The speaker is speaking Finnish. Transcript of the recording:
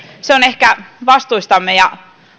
se on ehkä vastuistamme ja